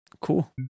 cool